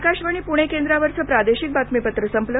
आकाशवाणी पुणे केंद्रावरचं प्रादेशिक बातमीपत्र संपलं